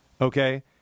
Okay